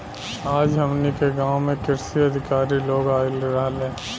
आज हमनी के गाँव में कृषि अधिकारी लोग आइल रहले